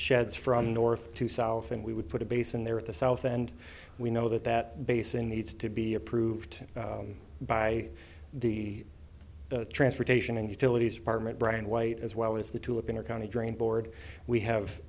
sheds from north to south and we would put a basin there at the south and we know that that basin needs to be approved by the transportation and utilities apartment brian white as well as the tulip in our county dream board we have